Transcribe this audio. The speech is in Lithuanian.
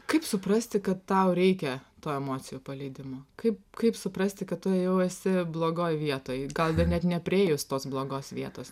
kaip suprasti kad tau reikia to emocijų paleidimo kaip kaip suprasti kad tu jau esi blogoj vietoj gal net nepriėjus tos blogos vietos